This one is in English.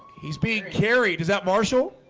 he's being carried. is that marshall?